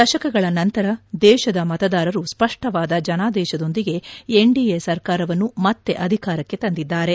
ದಶಕಗಳ ನಂತರ ದೇಶದ ಮತದಾರರು ಸ್ಪಷ್ಟವಾದ ಜನಾದೇಶದೊಂದಿಗೆ ಎನ್ಡಿಎ ಸರ್ಕಾರವನ್ನು ಮತ್ತೆ ಅಧಿಕಾರಕ್ಕೆ ತಂದಿದ್ಲಾರೆ